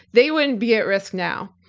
they wouldn't be at risk now.